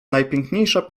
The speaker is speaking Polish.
najpiękniejsza